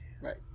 Right